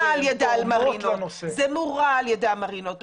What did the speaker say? אני יודעת שזה לא רק מהמרינות אבל זה הורע על ידי המרינות.